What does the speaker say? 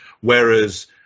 Whereas